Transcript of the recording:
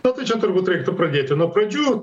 na tai čia turbūt reiktų pradėti nuo pradžių